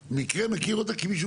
כי זה הכל נהרס.